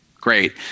Great